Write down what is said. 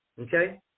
Okay